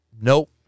Nope